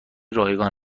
رایگان